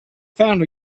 found